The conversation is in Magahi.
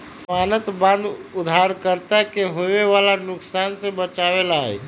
ज़मानत बांड उधारकर्ता के होवे वाला नुकसान से बचावे ला हई